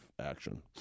action